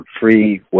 free